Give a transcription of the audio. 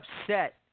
upset